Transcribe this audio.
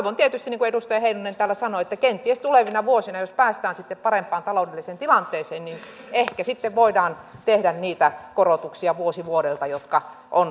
toivon tietysti niin kuin edustaja heinonen täällä sanoi että kenties tulevina vuosina jos päästään sitten parempaan taloudelliseen tilanteeseen ehkä sitten voidaan tehdä vuosi vuodelta niitä korotuksia jotka ovat tarpeellisia